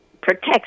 protects